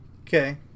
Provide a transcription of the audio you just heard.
Okay